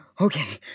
okay